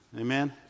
Amen